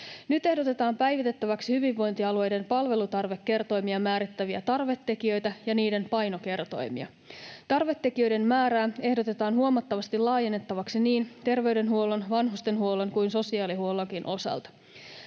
Nyt ehdotetaan päivitettäväksi hyvinvointialueiden palvelutarvekertoimia määrittäviä tarvetekijöitä ja niiden painokertoimia. Tarvetekijöiden määrää ehdotetaan huomattavasti laajennettavaksi niin terveydenhuollon, vanhustenhuollon kuin sosiaalihuollonkin osalta.